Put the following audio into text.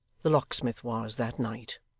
the locksmith was, that night.